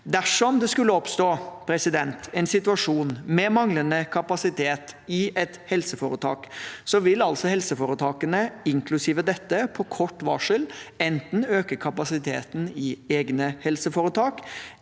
Dersom det skulle oppstå en situasjon med manglende kapasitet i et helseforetak, vil helseforetakene – inklusiv dette – på kort varsel enten øke kapasiteten i egne helseforetak,